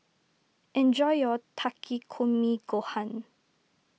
enjoy your Takikomi Gohan